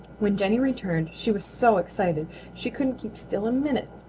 when jenny returned she was so excited she couldn't keep still a minute.